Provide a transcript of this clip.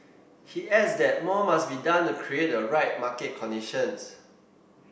he adds that more must be done to create the right market conditions